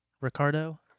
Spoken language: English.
Ricardo